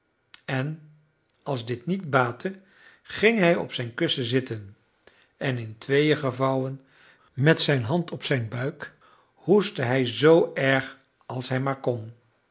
en als dit niet baatte ging hij op zijn kussen zitten en in tweeën gevouwen met zijn hand op zijn buik hoestte hij zoo erg als hij maar kon